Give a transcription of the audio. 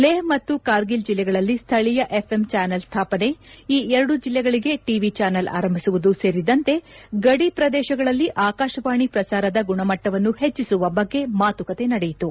ಲೇಹ್ ಮತ್ತು ಕಾರ್ಗಿಲ್ ಜಿಲ್ಲೆಗಳಲ್ಲಿ ಸ್ಥಳೀಯ ಎಫ್ಎಂ ಚಾನೆಲ್ ಸ್ಥಾಪನೆ ಈ ಎರಡೂ ಜಿಲ್ಲೆಗಳಿಗೆ ಟಿವಿ ಚಾನೆಲ್ ಆರಂಭಿಸುವುದು ಸೇರಿದಂತೆ ಗಡಿ ಪ್ರದೇಶಗಳಲ್ಲಿ ಆಕಾಶವಾಣಿ ಪ್ರಸಾರದ ಗುಣಮಟ್ಲವನ್ನು ಹೆಚ್ಲಿಸುವ ಬಗ್ಗೆ ಮಾತುಕತೆ ನಡೆಯಿತು